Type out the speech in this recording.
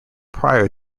prior